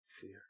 fear